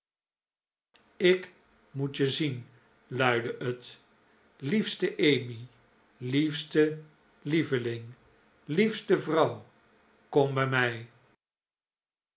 ik moet je zien luidde het liefste emmy liefste lieveling liefste vrouw kom bij mij